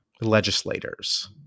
legislators